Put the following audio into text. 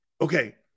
okay